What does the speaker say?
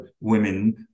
women